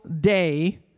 day